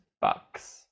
Bucks